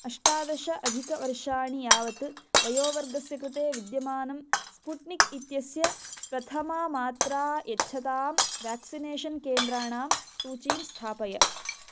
अष्टादश अधिकवर्षाणि यावत् वयोवर्गस्य कृते विद्यमानं स्पुट्निक् इत्यस्य प्रथमा मात्रा यच्छतां व्याक्सिनेषन् केन्द्राणां सूचीं स्थापय